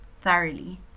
Thoroughly